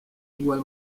igual